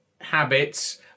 habits